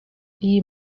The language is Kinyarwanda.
iyi